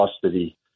custody